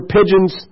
pigeons